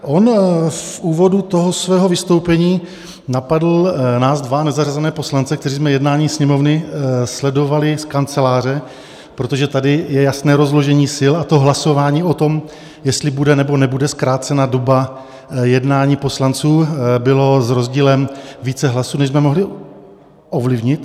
On v úvodu svého vystoupení napadl nás dva nezařazené poslance, kteří jsme jednání Sněmovny sledovali z kanceláře, protože tady je jasné rozložení sil a hlasování o tom, jestli bude, nebo nebude zkrácena doba jednání poslanců, bylo s rozdílem více hlasů, než jsme mohli ovlivnit.